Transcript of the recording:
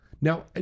Now